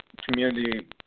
community